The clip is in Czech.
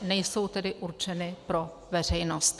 Nejsou tedy určeny pro veřejnost.